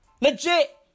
Legit